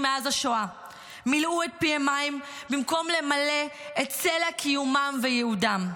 מאז השואה מילאו את פיהם מים במקום למלא את סלע קיומם וייעודם.